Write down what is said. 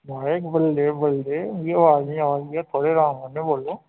महाराज बल्लें बल्लें मिकी अवाज नी आवा दी ऐ थोह्ड़े अराम कन्नै बोलो